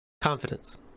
confidence